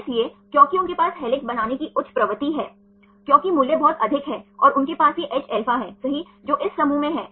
इसलिए क्योंकि उनके पास हेलिक्स बनाने की उच्च प्रवृत्ति है क्योंकि मूल्य बहुत अधिक है और उनके पास यह Hα है सही जो इस समूह में है